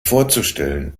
vorzustellen